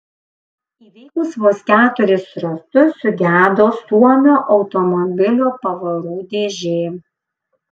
įveikus vos keturis ratus sugedo suomio automobilio pavarų dėžė